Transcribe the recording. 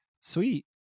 Sweet